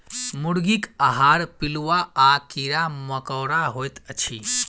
मुर्गीक आहार पिलुआ आ कीड़ा मकोड़ा होइत अछि